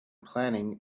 planning